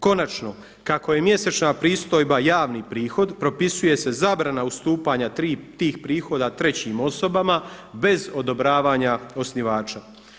Konačno, kako je mjesečna pristojba javni prihod propisuje se zabrana ustupanja tih prihoda trećim osobama bez odobravanja osnivača.